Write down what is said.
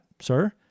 sir